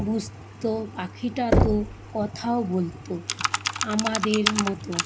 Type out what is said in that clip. বুঝতো পাখিটা তো কথাও বলতো আমাদের মতো